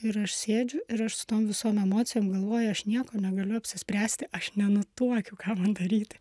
ir aš sėdžiu ir aš su tom visom emocijom galvoju aš nieko negaliu apsispręsti aš nenutuokiu ką man daryti